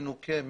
מנוקה,